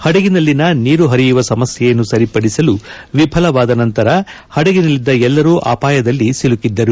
ಪಡಗಿನಲ್ಲಿನ ನೀರು ಪರಿಯುವ ಸಮಸ್ಯೆಯನ್ನು ಸರಿಪಡಿಸಲು ವಿಫಲವಾದ ನಂತರ ಪಡಗಿನಲ್ಲಿದ್ದ ಎಲ್ಲರೂ ಅಪಾಯದಲ್ಲಿ ಸಿಲುಕಿದ್ದರು